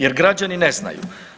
Jer građani ne znaju.